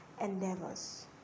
endeavors